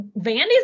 Vandy's